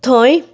थंय